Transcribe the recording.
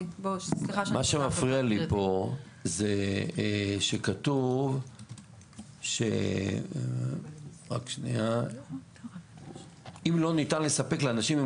מה שמפריע לי פה זה שכתוב שאם לא ניתן לספק לאנשים עם